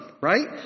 right